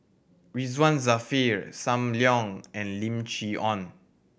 Ridzwan Dzafir Sam Leong and Lim Chee Onn